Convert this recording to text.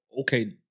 okay